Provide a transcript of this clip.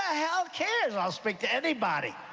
hell cares? i'll speak to anybody.